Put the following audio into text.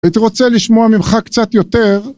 הייתי רוצה לשמוע ממך קצת יותר